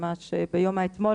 ממש ביום האתמול,